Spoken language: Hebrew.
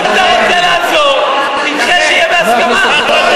אם אתה רוצה לעזור, תדחה, שיהיה בהסכמה.